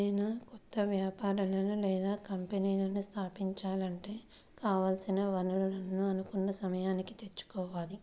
ఏదైనా కొత్త వ్యాపారాలను లేదా కంపెనీలను స్థాపించాలంటే కావాల్సిన వనరులను అనుకున్న సమయానికి తెచ్చుకోవాలి